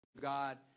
God